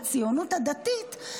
הציונות הדתית,